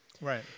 Right